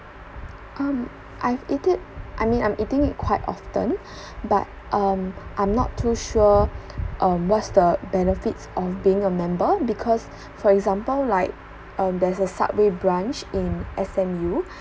um I've eat it I mean I'm eating it quite often but um I'm not too sure um what's the benefits of being a member because for example like um there's a subway branch in S_M_U